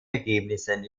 ergebnissen